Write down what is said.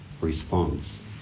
response